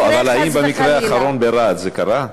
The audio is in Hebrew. אבל האם במקרה האחרון ברהט זה קרה?